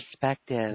perspective